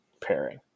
pairing